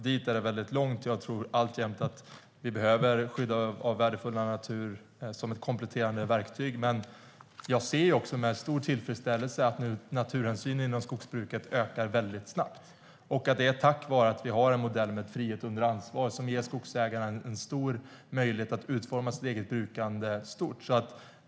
Dit är det väldigt långt, och jag tror att vi alltjämt behöver skydd av värdefull natur som ett kompletterande verktyg. Men jag ser också med stor tillfredsställelse att naturhänsyn inom skogsbruket ökar mycket snabbt. Det är tack vare att vi har en modell med frihet under ansvar, som ger skogsägarna stor möjlighet att utforma sitt eget brukande.